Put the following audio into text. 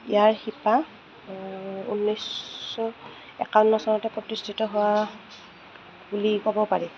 ইয়াৰ শিপা ঊনৈছশ একাৱন্ন চনতে প্ৰতিষ্ঠিত হোৱা বুলি ক'ব পাৰি